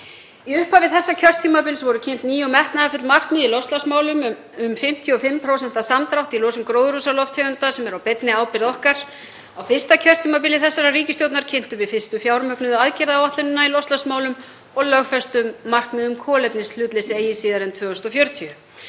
Í upphafi þessa kjörtímabils voru kynnt ný og metnaðarfull markmið í loftslagsmálum um 55% samdrátt í losun gróðurhúsalofttegunda sem eru á beinni ábyrgð okkar. Á fyrsta kjörtímabili þessarar ríkisstjórnar kynntum við fyrstu fjármögnuðu aðgerðaáætlunina í loftslagsmálum og lögfestum markmið um kolefnishlutleysi eigi síðar en 2040.